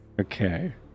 Okay